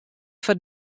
foar